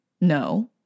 No